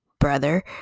brother